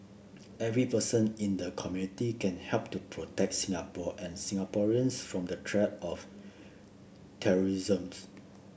every person in the community can help to protect Singapore and Singaporeans from the threat of terrorism